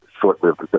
short-lived